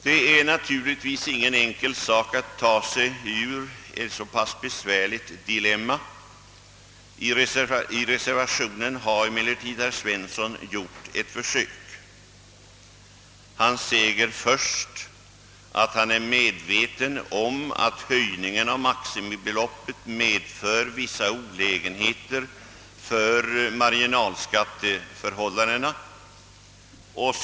Det är naturligtvis ingen enkel sak att ta sig ur ett så pass besvärligt dilemma. I reservationen har emellertid herr Svensson gjort ett försök. Han säger först att han är medveten om att höjningen av maximibeloppet medför vissa olägenheter för marginalskatteförhållandena.